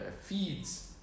feeds